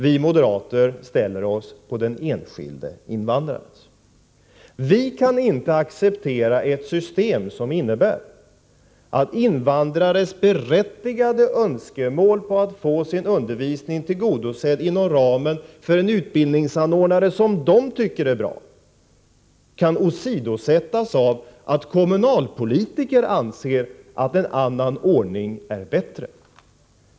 Vi moderater ställer oss på den enskilde invandrarens sida. Vi kan inte acceptera ett system som innebär att invandrares berättigade önskemål om att få sin undervisning tillgodosedd hos en utbildningsanordnare som de tycker är bra kan åsidosättas av att kommunalpolitiker anser att en annan ordning är bättre.